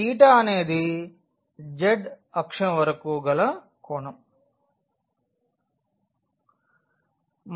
theta అనేది z అక్షం వరకూ గల కోణం